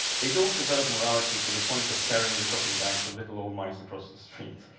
they don't develop morality to the point of carrying the shopping bags of little old mice across the street,